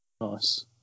Nice